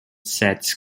sets